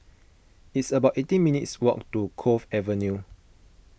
it's about eighteen minutes' walk to Cove Avenue